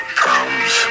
problems